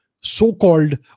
so-called